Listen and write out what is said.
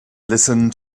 listen